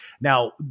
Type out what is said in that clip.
Now